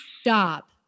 Stop